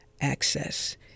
access